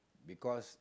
because